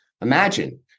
Imagine